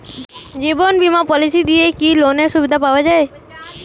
জীবন বীমা পলিসি দিয়ে কি লোনের সুবিধা পাওয়া যায়?